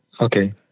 Okay